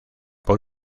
por